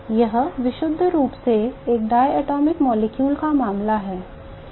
यह विशुद्ध रूप से एक diatomic molecule का मामला है